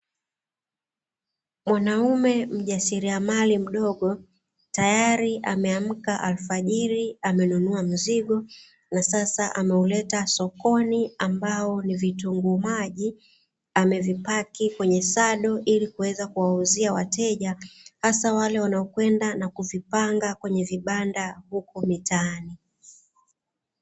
Mwanaume mjasiriamali mdogo tayari ameamka alfajiri, amenunua mzigo na sasa ameuleta sokoni ambao ni vitunguu maji. Amevipaki kwenye sado ili kuweza kuwauzia wateja, hasa wale wanaokwenda na kuvipanga kwenye vibanda huku mitaani.